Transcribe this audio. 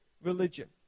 religion